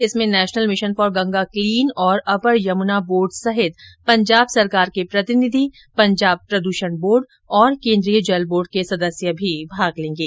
इसमें national mission for Ganga clean और upper Yamuna board सहित पंजाब सरकार के प्रतिनिधी पंजाब प्रदूषण बोर्ड केंद्रीय जल बोर्ड के सदस्य भी भाग लेंगे